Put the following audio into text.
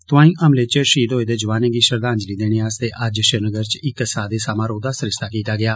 तोआईं हमले च शहीद होए दे जवानें गी श्रद्धांजलि देने आस्ते अज्ज श्रीनगर च इक सादे समारोह दा सरिस्ता कीता गेआ